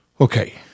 Okay